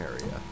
area